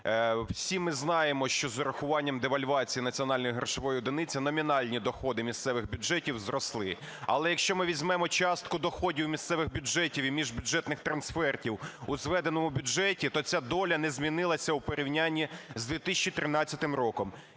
Всі ми знаємо, що з урахування девальвації національної грошової одиниці номінальні доходи місцевих бюджетів зросли. Але якщо ми візьмемо частку доходів місцевих бюджетів і міжбюджетних трансфертів у зведеному бюджеті, то ця доля не змінилася у порівнянні з 2013 роком.